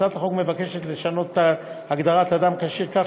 הצעת החוק מבקשת לשנות את הגדרת "אדם כשיר" כך